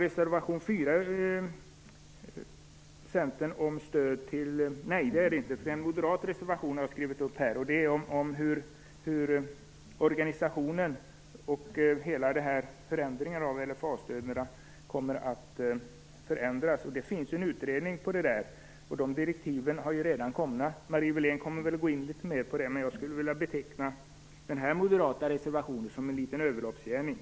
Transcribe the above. Moderaterna har en reservation, reservation 4, om organisationen och förändringarna av LFA-stödet. Det finns en utredning om det. Direktiven har redan kommit. Marie Wilén kommer väl att gå in litet mer på det, men jag skulle vilja beteckna den här moderata reservationen som en liten överloppsgärning.